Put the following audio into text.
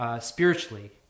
spiritually